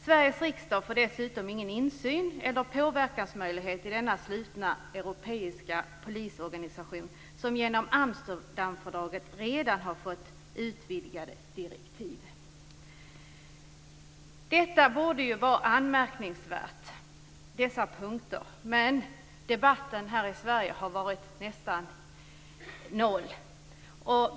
Sveriges riksdag får dessutom ingen insyn eller påverkansmöjlighet i denna slutna europeiska polisorganisation, som genom Amsterdamfördraget redan har fått utvidgade direktiv. Dessa punkter borde vara anmärkningsvärda. Men debatten här i Sverige har varit nästan obefintlig.